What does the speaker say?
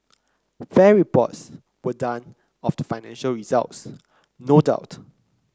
fair reports were done of the financial results no doubt